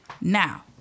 Now